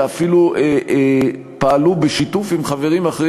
ואפילו פעלו בשיתוף עם חברים אחרים